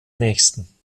nächsten